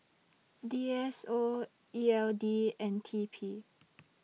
D S O E L D and T P